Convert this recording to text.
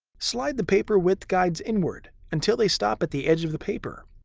slide the paper width guides inward until they stop at the edge of the paper.